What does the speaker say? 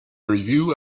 review